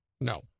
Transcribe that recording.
No